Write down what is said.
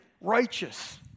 righteous